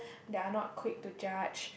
they are not quick to judge